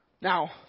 Now